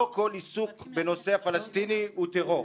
לא כל עיסוק בנושא הפלסטיני הוא טרור,